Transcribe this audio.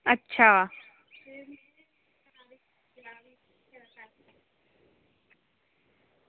अच्छा